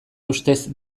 ustez